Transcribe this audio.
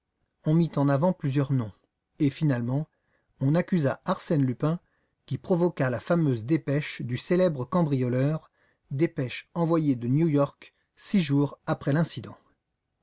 on mit en avant plusieurs noms et finalement on accusa arsène lupin qui provoqua la fameuse dépêche du célèbre cambrioleur dépêche envoyée de new york six jours après l'incident